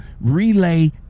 relay